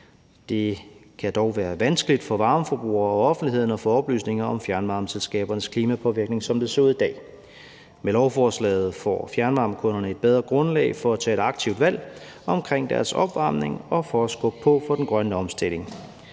Det kan dog være vanskeligt for varmeforbrugere og offentligheden at få oplysninger om fjernvarmeselskabernes klimapåvirkning, som det ser ud i dag. Med lovforslaget får fjernvarmekunderne et bedre grundlag for at tage et aktivt valg omkring deres opvarmning og for at skubbe på den grønne omstilling.